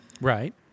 Right